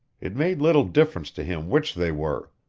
it made little difference to him which they were.